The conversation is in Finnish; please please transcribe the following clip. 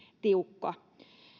tiukka